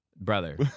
Brother